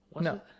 No